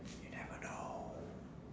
you never know